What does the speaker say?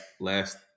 last